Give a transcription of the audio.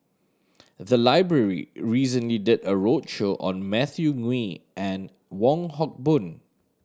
the library recently did a roadshow on Matthew Ngui and Wong Hock Boon